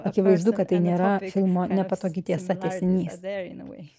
akivaizdu kad tai nėra filmo nepatogi tiesa tęsinys